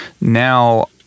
Now